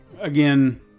again